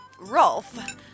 Rolf